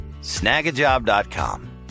Snagajob.com